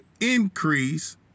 increase